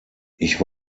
ich